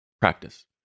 practice